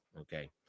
okay